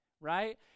right